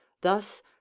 thus